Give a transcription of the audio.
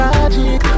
Magic